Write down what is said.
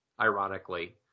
ironically